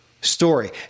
story